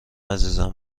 عزیزم